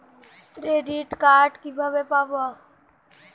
Credit card কিভাবে পাব?